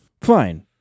Fine